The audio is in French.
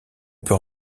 peut